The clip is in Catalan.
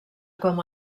com